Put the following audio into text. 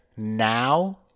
now